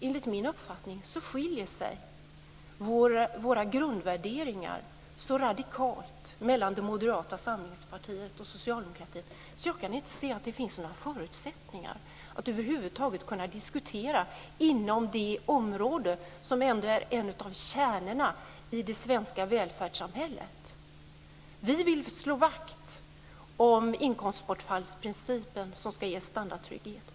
Enligt min uppfattning skiljer sig grundvärderingarna så radikalt mellan Moderata samlingspartiet och socialdemokratin, att jag inte kan se att det finns några förutsättningar att över huvud taget kunna diskutera inom det område som ändå är en av kärnorna i det svenska välfärdssamhället. Vi vill slå vakt om inkomstbortfallsprincipen, som ska ge standardtrygghet.